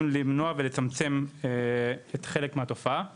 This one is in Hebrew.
למנוע ולצמצם את חלק מהתופעה הזאת.